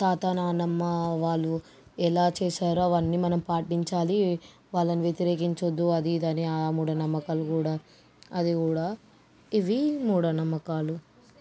తాత నానమ్మ వాళ్ళు ఎలా చేశారో అవన్నీ మనం పాటించాలి వాళ్ళని వ్యతిరేకించొద్దు అది ఇది అని మూఢనమ్మకాలు కూడా అది కూడా ఇవి మూఢనమ్మకాలు